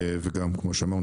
וכמו שאמרנו,